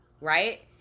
right